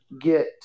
get